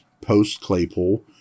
post-Claypool